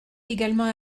également